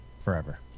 forever